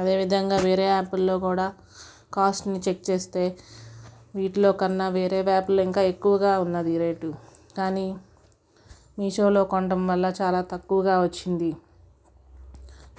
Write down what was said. అదేవిధంగా వేరే యాప్లలో కూడా కాస్ట్ను చెక్ చేస్తే వీటిలో కన్నా వేరే యాప్లో ఇంకా ఎక్కువగా ఉన్నది ఈ రేట్లు కానీ మీషోలో కొనటం వల్ల చాలా తక్కువగా వచ్చింది